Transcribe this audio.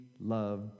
love